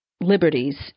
liberties